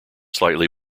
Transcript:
slightly